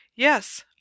Yes